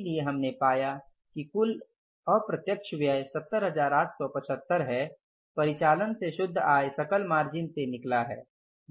इसलिए हमने पाया कि कुल अप्रत्यक्ष व्यय 70875 है परिचालन से शुद्ध आय सकल मार्जिन से निकला है